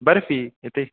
बर्फ़ि इति